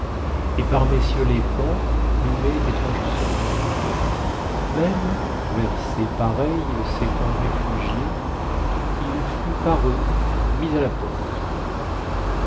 et par messieurs les paons plumé d'étrange sorte même vers ses pareils s'étant réfugié il fut par eux mis à la porte